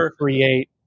create